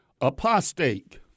Apostate